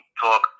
talk